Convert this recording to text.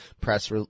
press